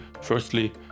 Firstly